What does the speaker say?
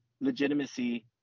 legitimacy